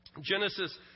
Genesis